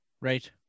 Right